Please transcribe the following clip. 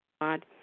God